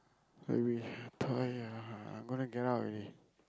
I wish !aiya! I'm gonna get out already